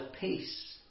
peace